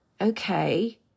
okay